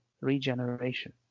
regeneration